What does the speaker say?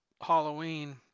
Halloween